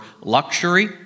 luxury